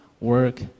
work